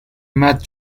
matt